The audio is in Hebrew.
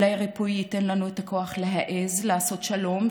אולי הריפוי ייתן לנו את הכוח להעז לעשות שלום,